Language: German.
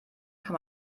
kann